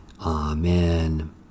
Amen